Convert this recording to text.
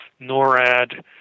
NORAD